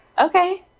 Okay